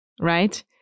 right